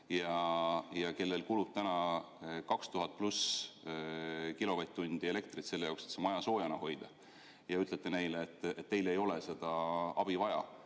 ja kellel kulub täna 2000+ kilovatt-tundi elektrit selle jaoks, et see maja soojana hoida? Kas te ütlete neile, et neil ei ole seda abi vaja?